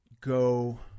go